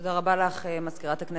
אנחנו עוברים לנושא הבא בסדר-היום: